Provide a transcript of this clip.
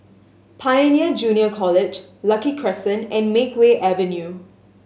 Pioneer Junior College Lucky Crescent and Makeway Avenue